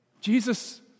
Jesus